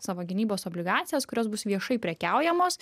savo gynybos obligacijas kurios bus viešai prekiaujamos